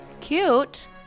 cute